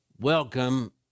Welcome